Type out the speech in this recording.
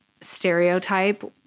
stereotype